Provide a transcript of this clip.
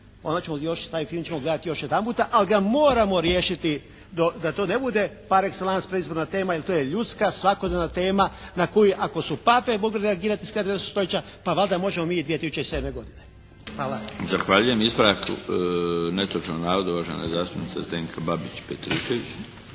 onda ćemo, taj film ćemo gledati još jedanputa, ali ga moramo riješiti da to ne bude par exellence proizvoljna tema jer to je ljudska, svakodnevna tema na koju, ako su Pape mogle reagirati sa kraja 19. stoljeća pa valjda možemo i mi 2007. godine. Hvala. **Milinović, Darko (HDZ)** Zahvaljujem. Ispravak netočnog navoda, uvažena zastupnica Zdenka Babić Petričević.